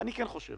אני כן חושב